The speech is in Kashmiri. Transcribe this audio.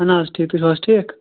اَہَن حظ ٹھیٖک تُہۍ چھُو حظ ٹھیٖک